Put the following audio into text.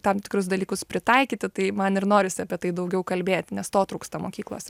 tam tikrus dalykus pritaikyti tai man ir norisi apie tai daugiau kalbėti nes to trūksta mokyklose